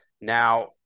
Now